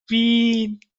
بدبین